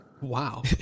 Wow